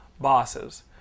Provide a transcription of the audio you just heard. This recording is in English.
bosses